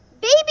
Baby